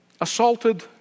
assaulted